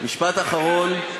משפט אחרון.